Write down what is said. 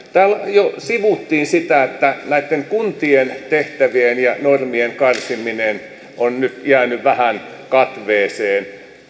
jo sivuttiin sitä että näitten kuntien tehtävien ja normien karsiminen on nyt jäänyt vähän katveeseen